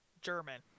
German